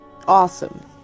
awesome